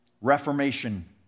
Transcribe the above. reformation